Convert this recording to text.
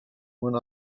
went